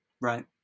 Right